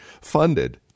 funded